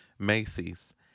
macy's